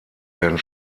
werden